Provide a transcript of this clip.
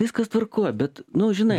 viskas tvarkoj bet nu žinai